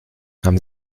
haben